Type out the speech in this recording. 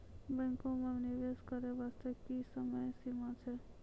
बैंको माई निवेश करे बास्ते की समय सीमा छै?